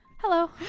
hello